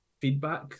feedback